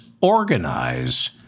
organize